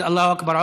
תאמינו לי,